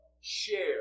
share